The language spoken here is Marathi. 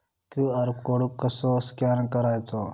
क्यू.आर कोड कसो स्कॅन करायचो?